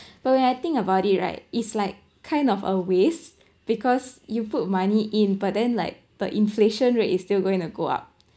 but when I think about it right it's like kind of a waste because you put money in but then like the inflation rate is still going to go up